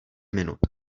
minut